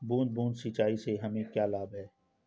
बूंद बूंद सिंचाई से हमें क्या लाभ है?